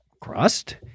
crust